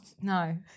No